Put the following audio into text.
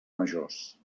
majors